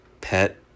pet